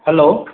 hello